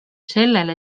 sellele